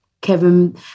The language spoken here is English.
Kevin